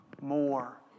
more